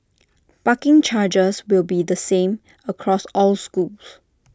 parking charges will be the same across all schools